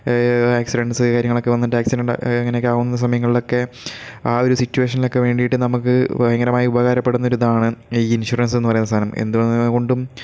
accidents കാര്യങ്ങളൊക്കെ വന്നിട്ട് accident അങ്ങനെയൊക്കെ ആകുന്ന സമയങ്ങളിലൊക്കെ ആ ഒരു സിറ്റുവേഷനിലൊക്കെ വേണ്ടിയിട്ട് നമുക്ക് ഭയങ്കരമായി ഉപകാരപ്പെടുന്ന ഒരു ഇതാണ് ഈ ഇൻഷുറൻസ് എന്ന് പറയുന്ന സാധനം എന്തുകൊണ്ടും